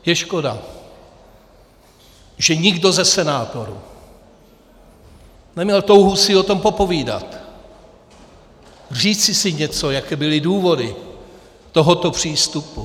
Je škoda, že nikdo ze senátorů neměl touhu si o tom popovídat, říci si něco, jaké byly důvody tohoto přístupu.